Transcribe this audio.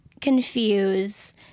confuse